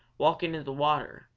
walking in the water,